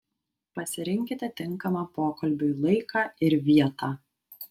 pasirinkite tinkamą pokalbiui laiką ir vietą